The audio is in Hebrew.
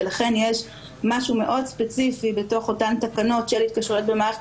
ולכן יש משהו מאוד ספציפי בתוך אותן תקנות של התקשרויות במערכת